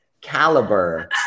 caliber